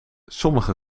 sommige